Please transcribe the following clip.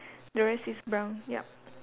the rest is brown yup